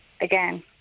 again